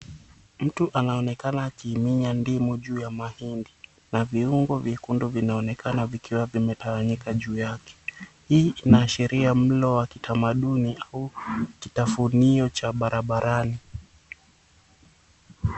Mtu anaonekana akiiminya ndimu juu ya matunda na viungo vyekundu vinaonekana vikiwa vimetawanyika juu yake. Hii inaashiria mlo wa kitamaduni au kitafunio cha barabarani.